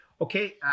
Okay